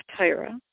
Tyra